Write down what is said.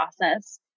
process